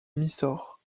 mysore